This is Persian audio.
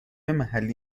محلی